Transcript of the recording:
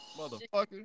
Motherfucker